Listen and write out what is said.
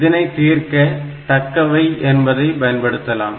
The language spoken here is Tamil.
இதனை தீர்க்க தக்கவை என்பதை பயன்படுத்தலாம்